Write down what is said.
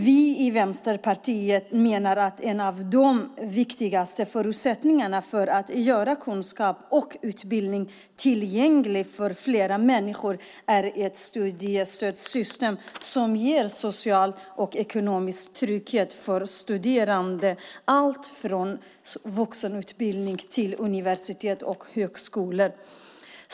Vi i Vänsterpartiet menar att en av de viktigaste förutsättningarna för att göra kunskap och utbildning tillgängliga för fler människor är ett studiestödssystem som ger social och ekonomisk trygghet för studerande, från vuxenutbildning till universitet och högskola.